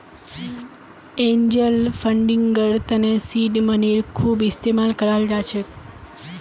angel फंडिंगर तने seed मनीर खूब इस्तमाल कराल जा छेक